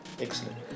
Excellent